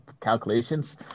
calculations